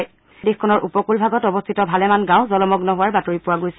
ধুমুহাৰ ফলত দেশখনৰ উপকূল ভাগত অৱস্থিত ভালেমান গাঁও জলমগ্ন হোৱাৰ বাতৰি পোৱা গৈছে